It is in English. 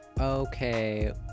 Okay